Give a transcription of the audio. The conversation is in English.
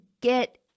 get